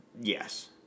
Yes